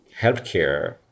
healthcare